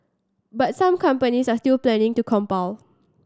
but some companies are still planning to